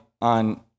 on